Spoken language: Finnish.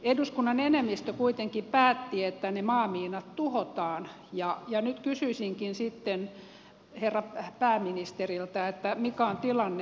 eduskunnan enemmistö kuitenkin päätti että ne maamiinat tuhotaan ja nyt kysyisinkin sitten herra pääministeriltä mikä on tilanne